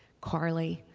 carly,